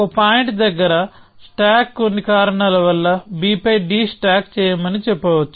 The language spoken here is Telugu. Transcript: ఒక పాయింట్ దెగ్గర స్టాక్ కొన్ని కారణాల వల్ల b పై d స్టాక్ చేయమని చెప్పవచ్చు